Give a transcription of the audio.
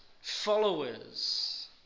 followers